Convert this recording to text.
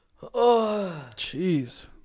Jeez